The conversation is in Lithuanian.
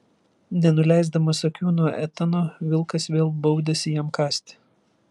nenuleisdamas akių nuo etano vilkas vėl baudėsi jam kąsti